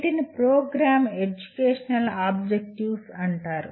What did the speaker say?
వీటిని programme educational objectives అంటారు